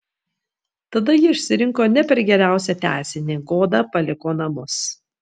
tada ji išsirinko ne per geriausią tęsinį goda paliko namus